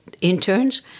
interns